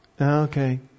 Okay